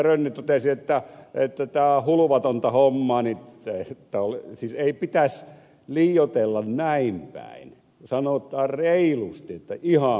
rönni totesi että tämä on hulvatonta hommaa niin siis ei pitäisi liioitella näinpäin vaan sanotaan reilusti että ihan päin sitä